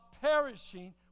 perishing